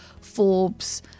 Forbes